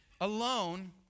alone